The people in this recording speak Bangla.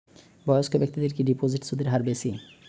বয়স্ক ব্যেক্তিদের কি ডিপোজিটে সুদের হার বেশি?